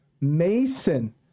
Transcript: Mason